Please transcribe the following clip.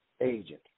agent